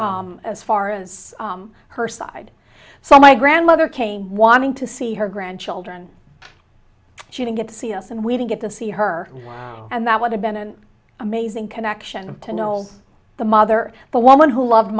as far as her side so my grandmother came wanting to see her grandchildren she didn't get to see us and we didn't get to see her and that would have been an amazing connection to know the mother but one who loved